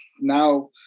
now